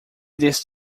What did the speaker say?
this